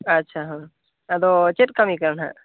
ᱟᱪᱪᱷᱟ ᱦᱳᱭ ᱟᱫᱚ ᱪᱮᱫ ᱠᱟᱹᱢᱤ ᱠᱟᱱᱟ ᱱᱟᱦᱟᱜ